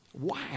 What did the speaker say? Wow